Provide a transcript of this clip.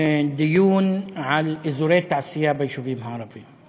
דיון על אזורי תעשייה ביישובים הערביים.